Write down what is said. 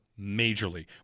majorly